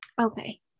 okay